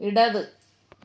ഇടത്